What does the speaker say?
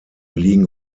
liegen